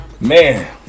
Man